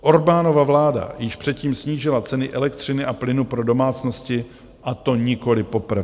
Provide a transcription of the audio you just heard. Orbánova vláda již předtím snížila ceny elektřiny a plynu pro domácnosti, a to nikoli poprvé.